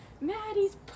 Maddie's